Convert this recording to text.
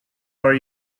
were